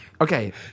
Okay